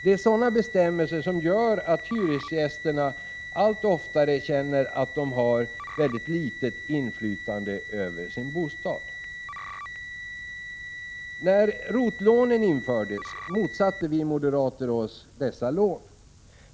Det är sådana bestämmelser som gör att hyresgästerna allt oftare känner att de har väldigt litet inflytande över sin bostad. När ROT-lånen infördes motsatte vi moderater oss dessa lån.